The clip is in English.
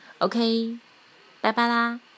OK,拜拜啦